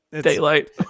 daylight